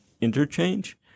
interchange